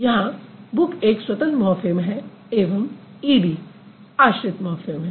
यहाँ बुक एक स्वतंत्र मॉर्फ़िम है एवं ई डी आश्रित मॉर्फ़िम है